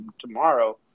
tomorrow